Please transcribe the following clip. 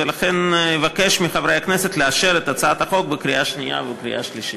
ולכן אבקש מחברי הכנסת לאשר את הצעת החוק בקריאה שנייה ובקריאה שלישית.